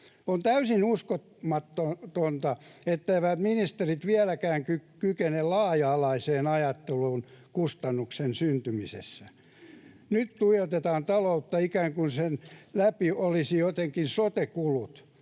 On täysin uskomatonta, etteivät ministerit vieläkään kykene laaja-alaiseen ajatteluun kustannusten syntymisessä. Nyt tuijotetaan taloutta ikään kuin siilon läpi sotekulujen